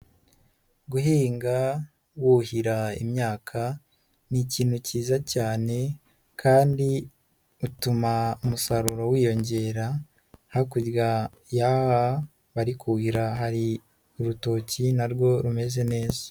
Guhinga wuhira imyaka ni ikintu cyiza cyane kandi utuma umusaruro wiyongera, hakurya y'aha bari kuhira hari urutoki na rwo rumeze neza.